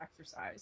exercise